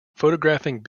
photographing